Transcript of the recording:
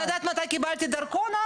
הפיק הזה,